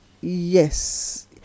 Yes